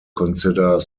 consider